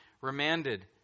remanded